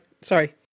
sorry